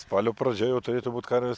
spalio pradžia jau turėtų būt karvės